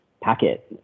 packet